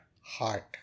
heart